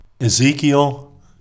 Ezekiel